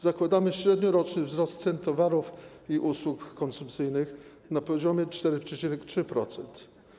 Zakładamy średnioroczny wzrost cen towarów i usług konsumpcyjnych na poziomie 4,3%.